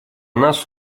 нас